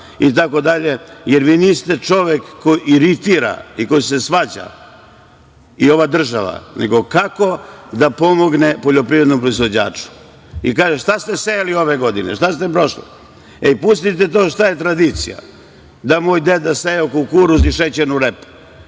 itd, jer vi niste čovek koji iritira i koji se svađa i ova država, nego kako da pomogne poljoprivrednom proizvođaču. Šta ste sejali ove godine, šta ste prošle? Pustite to šta je tradicija, da je moj deda sejao kukuruz i šećernu repu.